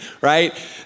right